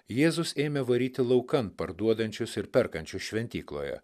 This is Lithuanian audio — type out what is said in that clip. jėzus ėmė varyti laukan parduodančius ir perkančius šventykloje